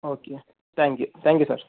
okay thank you thank you sir